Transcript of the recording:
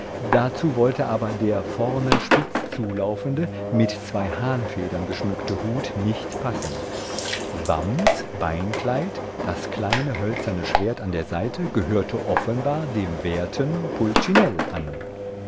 dazu wollte aber der vorne spitz zulaufende mit zwei hahnfedern geschmückte hut nicht passen wams beinkleid das kleine hölzerne schwert an der seite gehörte offenbar dem werten pulcinell an